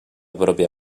pròpia